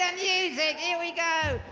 and yeah music here we go.